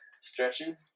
Stretching